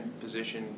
position